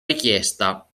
richiesta